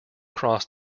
cross